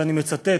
ואני מצטט: